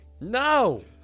No